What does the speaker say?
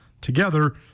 Together